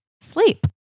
sleep